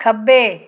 ਖੱਬੇ